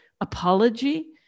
apology